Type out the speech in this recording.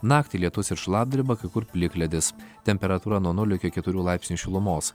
naktį lietus ir šlapdriba kai kur plikledis temperatūra nuo nulio iki keturių laipsnių šilumos